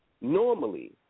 Normally